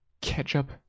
ketchup